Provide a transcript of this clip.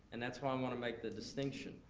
and that's why i want to make the distinction.